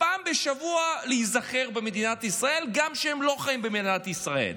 פעם בשבוע להיזכר במדינת ישראל גם כשהם לא חיים במדינת ישראל?